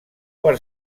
per